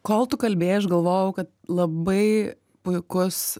kol tu kalbėjai aš galvojau kad labai puikus